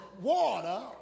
water